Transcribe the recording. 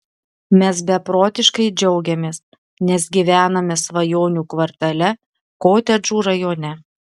mes beprotiškai džiaugiamės nes gyvename svajonių kvartale kotedžų rajone